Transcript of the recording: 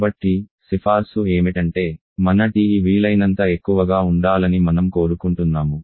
కాబట్టి సిఫార్సు ఏమిటంటే మన TE వీలైనంత ఎక్కువగా ఉండాలని మనం కోరుకుంటున్నాము